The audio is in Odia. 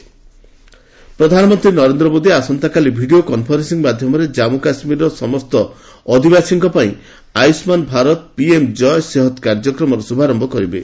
ପିଏମ୍ କୟ ସେହତ୍ ପ୍ରଧାନମନ୍ତ୍ରୀ ନରେନ୍ଦ୍ର ମୋଦି ଆସନ୍ତାକାଲି ଭିଡ଼ିଓ କନ୍ଫରେନ୍ସିଂ ମାଧ୍ୟମରେ ଜାମ୍ମୁ କାଶ୍କୀର୍ର ସମସ୍ତ ଅଧିବାସୀଙ୍କ ପାଇଁ ଆୟୁଷ୍କାନ୍ ଭାରତ ପିଏମ୍ ଜୟ ସେହତ୍ କାର୍ଯ୍ୟକ୍ରମର ଶୁଭାରୟ କରିବେ